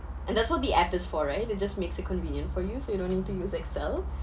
and that's what the app is for right it just makes it convenient for you so you don't need to use excel